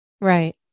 Right